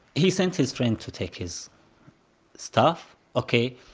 he sent his friend to take his stuff, ok?